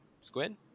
Squid